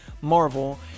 Marvel